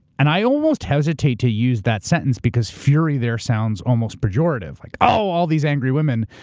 and i almost hesitate to use that sentence because fury there sounds almost pejorative like, oh, all these angry women,